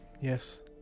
Yes